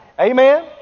Amen